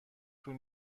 طول